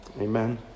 Amen